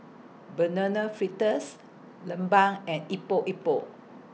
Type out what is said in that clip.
Banana Fritters and Epok Epok